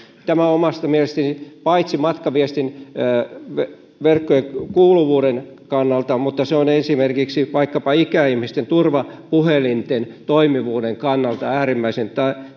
on omasta mielestäni paitsi matkaviestinverkkojen kuuluvuuden kannalta myös esimerkiksi ikäihmisten turvapuhelinten toimivuuden kannalta äärimmäisen